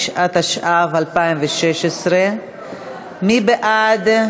5), התשע"ו 2016. מי בעד?